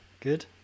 good